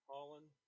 Holland